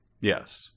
Yes